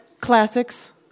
Classics